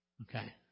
Okay